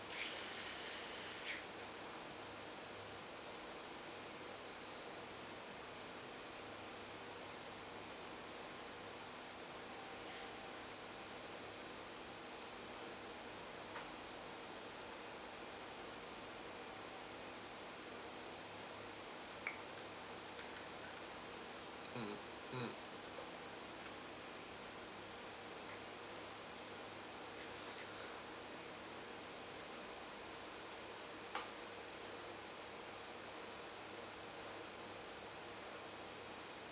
mm mm